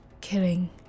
killing